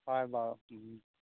হয় বাৰু ও